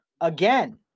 Again